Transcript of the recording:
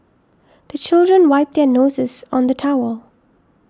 the children wipe their noses on the towel